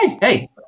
hey